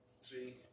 See